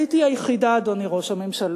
הייתי היחידה, אדוני ראש הממשלה,